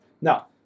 Now